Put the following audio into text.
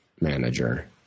manager